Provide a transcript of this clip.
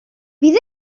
fydd